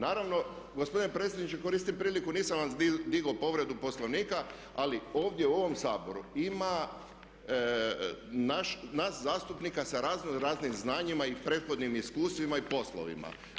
Naravno gospodine predsjedniče koristim priliku, nisam vam digao povredu Poslovnika, ali ovdje u ovom Saboru ima nas zastupnika sa razno raznim znanjima i prethodnim iskustvima i poslovima.